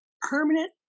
permanent